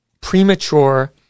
premature